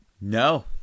No